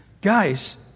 Guys